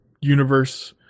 universe